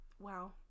Wow